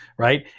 Right